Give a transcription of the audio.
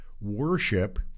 worship